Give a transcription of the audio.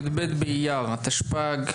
היום י"ב באייר התשפ"ג,